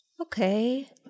Okay